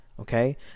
Okay